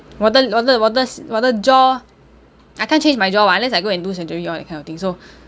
我的我的我的我的 jaw I can't change my jaw [what] unless I go and do surgery all that kind of thing so